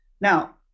Now